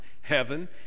heaven